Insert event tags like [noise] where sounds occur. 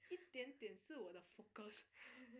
一点点是我的 focus [laughs]